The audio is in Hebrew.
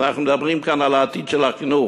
אנחנו מדברים כאן על העתיד של החינוך,